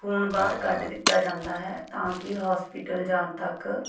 ਖੂਨ ਬਾਹਰ ਕੱਢ ਦਿੱਤਾ ਜਾਂਦਾ ਹੈ ਤਾਂ ਕਿ ਹੋਸਪਿਟਲ ਜਾਣ ਤੱਕ